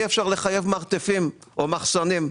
אי אפשר לחייב מרתפים או מחסנים.